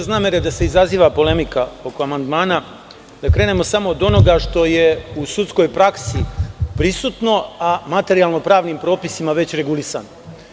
Bez namere da se izaziva polemika oko amandmana, krenuo bih od onoga što je u sudskoj praksi prisutno, a materijalno pravnim propisima već regulisano.